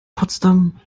potsdam